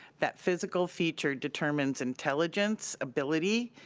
that physical feature determines intelligence, ability,